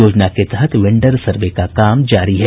योजना के तहत वेंडर सर्वे का काम जारी है